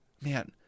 man –